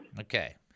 Okay